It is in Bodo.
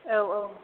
औ औ